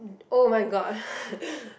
!oh-my-god!